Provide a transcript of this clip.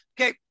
Okay